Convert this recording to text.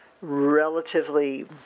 relatively